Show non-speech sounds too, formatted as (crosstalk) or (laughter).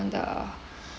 the (breath)